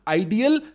ideal